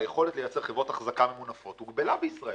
היכולת לייצר חברות אחזקה ממונפות הוגבלה בישראל,